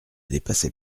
dépassait